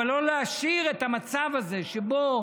אבל לא להשאיר את המצב הזה, שבו